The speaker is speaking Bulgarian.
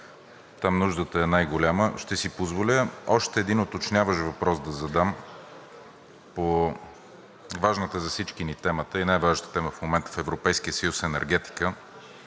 там нуждата е най-голяма. Ще си позволя да задам още един уточняващ въпрос по важната за всички ни тема и най-важната тема в момента в Европейския съюз – енергетика.